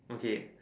okay